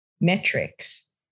metrics